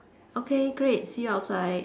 okay great see you outside